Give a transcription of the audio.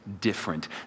different